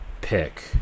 pick